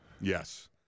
Yes